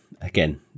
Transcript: again